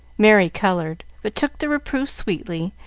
merry colored, but took the reproof sweetly,